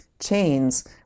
chains